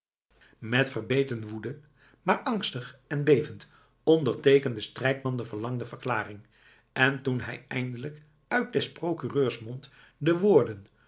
met verbeten woede maar angstig en bevend onderteekende strijkman de verlangde verklaring en toen hij eindelijk uit des procureurs mond de woorden